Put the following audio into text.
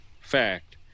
Fact